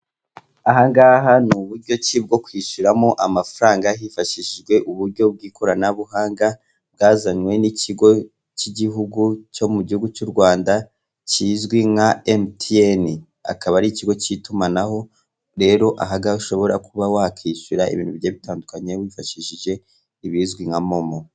Aha ngaha ni uburyo ki bwo kwishyuramo amafaranga hifashishijwe uburyo bw'ikoranabuhanga bwazanywe n'ikigo cy'igihugu cyo mu gihugu cy'u Rwanda kizwi nka MTN. Akaba ari ikigo cy'itumanaho rero aha ngaha ushobora kuba wakwishyura ibintu bigiye bitandukanye wifashishije ibizwi nka momo.